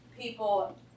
people